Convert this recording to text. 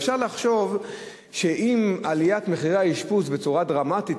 אפשר לחשוב שעליית מחירי השירות בצורה דרמטית,